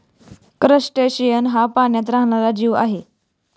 crustacean हा पाण्यात राहणारा जीव आहे